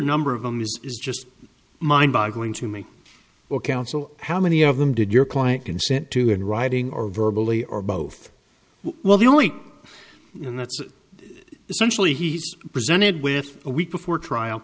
number of them is just mind boggling to me or counsel how many of them did your client consent to in writing or verbal e or both well the only and that's essentially he's presented with a week before trial